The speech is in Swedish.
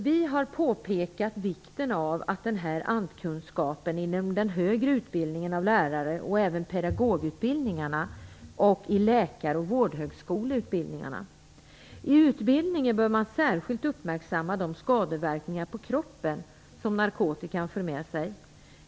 Vi har påpekat vikten av den här I utbildningen bör man särskilt uppmärksamma de skadeverkningar på kroppen som narkotika för med sig.